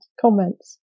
comments